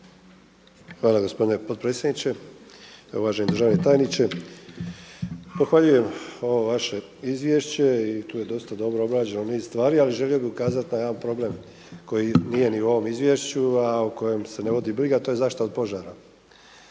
Hvala gospodine potpredsjedniče. Uvaženi državni tajniče, pohvaljujem ovo vaše izvješće i tu je dosta dobro obrađeno niz stvari. Ali želio bih ukazati na jedan problem koji nije ni u ovom izvješću, a o kojem se ne vodi briga to je zaštita od požara.